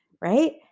right